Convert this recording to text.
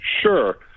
Sure